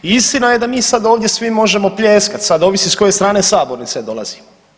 I istina je da mi sad ovdje svi možemo pljeskat sad ovisi s koje strane sabornice dolazi.